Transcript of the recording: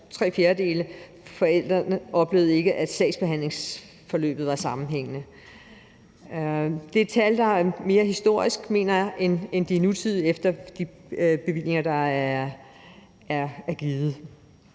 at tre fjerdedele af forældrene ikke oplevede, at sagsbehandlingsforløbet var sammenhængende. Det er tal, der, mener jeg, er mere historiske, end de er nutidige, efter de bevillinger, der er givet.